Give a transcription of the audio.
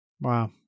Wow